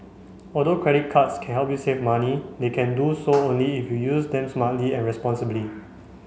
although credit cards can help you save money they can do so only if you use them smartly and responsibly